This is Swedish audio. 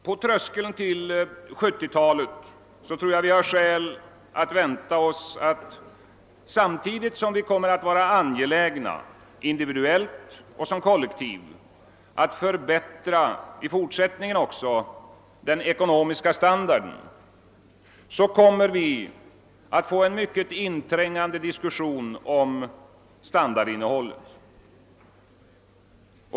På tröskeln till 1970-talet tror jag vi har skäl att vänta oss, att samtidigt som vi individuellt och som kollektiv kommer att vara angelägna om att förbättra den ekonomiska standarden kommer vi att få en mycket inträngande diskussion om standardinnehållet.